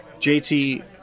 JT